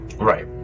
Right